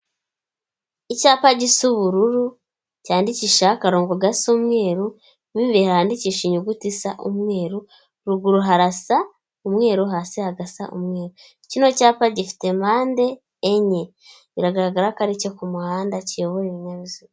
Icyapa gisa ubururu cyandikishaho akarongo gasa umweru mo imbere handikishije inyuguti isa umweru, ruguru harasa umweru hasi hagasa umweru, kino cyapa gifite mpande enye biragaragara ko aricyo k'umuhanda kiyobora ibinyabiziga.